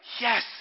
yes